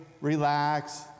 relax